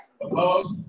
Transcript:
Opposed